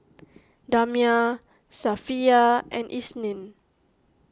Damia Safiya and Isnin